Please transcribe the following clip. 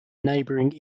neighboring